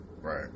Right